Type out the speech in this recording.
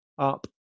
up